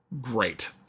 great